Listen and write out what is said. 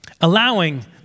Allowing